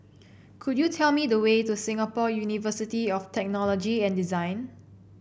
could you tell me the way to Singapore University of Technology and Design